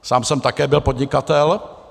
Sám jsem také byl podnikatel.